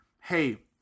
hey